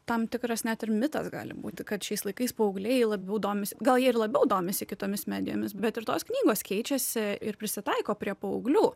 tam tikras net ir mitas gali būti kad šiais laikais paaugliai labiau domisi gal jie ir labiau domisi kitomis medijomis bet ir tos knygos keičiasi ir prisitaiko prie paauglių